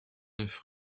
neuf